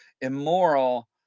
immoral